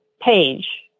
page